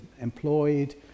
employed